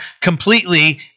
completely